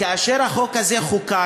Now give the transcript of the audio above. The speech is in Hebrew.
כאשר החוק הזה חוקק,